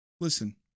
Listen